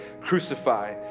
crucify